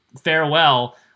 farewell